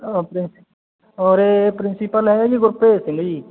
ਆਪਣੇ ਉਰੇ ਪ੍ਰਿੰਸੀਪਲ ਹੈਗੇ ਜੀ ਗੁਰਭੇਜ ਸਿੰਘ ਜੀ